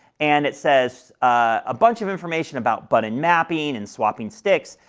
and it says a bunch of information about button mapping and swapping sticks,